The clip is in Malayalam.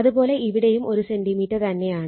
അത് പോലെ ഇവിടെയും 1 സെന്റിമീറ്റർ തന്നെയാണ്